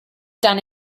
done